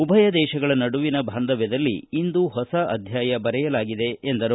ಉಭಯ ದೇಶಗಳ ನಡುವಿನ ಬಾಂಧವ್ಯದಲ್ಲಿ ಇಂದು ಹೊಸ ಅಧ್ಯಾಯ ಬರೆಯಲಾಗಿದೆ ಎಂದರು